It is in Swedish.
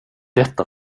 detta